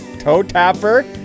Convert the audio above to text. toe-tapper